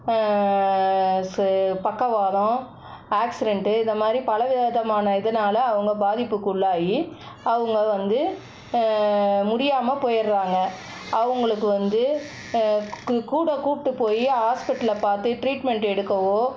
ச பக்கவாதம் ஆக்ஸிரென்ட்டு இது மாதிரி பல விதமான இதனால அவங்க பாதிப்புக்குள்ளாகி அவங்க வந்து முடியாமல் போயிடுறாங்க அவர்களுக்கு வந்து கூ கூட கூப்பிட்டு போய் ஹாஸ்பிட்டலில் பார்த்து ட்ரீட்மெண்ட் எடுக்கவோ